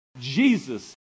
Jesus